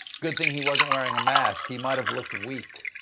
good thing he wasn't wearing a mask. he might have looked weak.